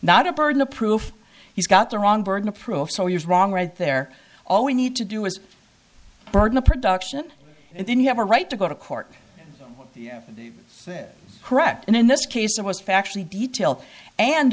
not a burden of proof he's got the wrong burden of proof so he's wrong right there all we need to do is burden a production and then you have a right to go to court correct and in this case it was factually detail and